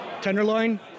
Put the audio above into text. tenderloin